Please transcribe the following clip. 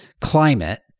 climate